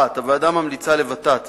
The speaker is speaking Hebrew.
1. הוועדה ממליצה לות"ת